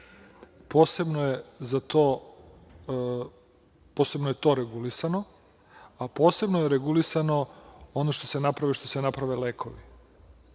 posebno je to regulisano, a posebno je regulisano ono što se napravi i